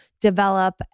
develop